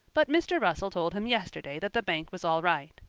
but mr. russell told him yesterday that the bank was all right.